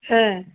হ্যাঁ